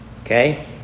okay